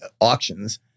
auctions